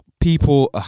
People